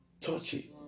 touchy